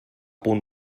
punt